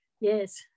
yes